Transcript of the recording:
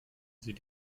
sie